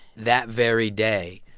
that very day,